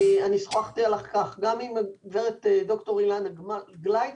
אני שוחחתי על כך גם עם ד"ר אילנה גלייטמן,